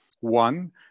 One